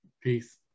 Peace